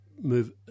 move